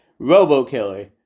RoboKiller